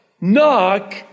Knock